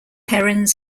herons